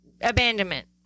abandonment